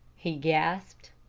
he gasped.